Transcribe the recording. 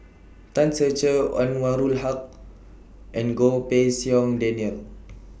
Tan Ser Cher Anwarul Haque and Goh Pei Siong Daniel